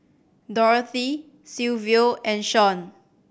Dorathy Silvio and Shaun